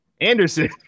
Anderson